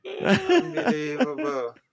Unbelievable